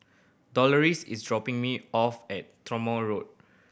Doloris is dropping me off at Tronoh Road